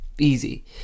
easy